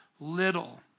little